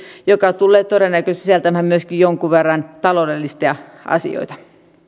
joka tulee todennäköisesti sisältämään myöskin jonkun verran taloudellisia asioita